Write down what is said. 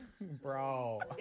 Bro